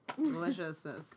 deliciousness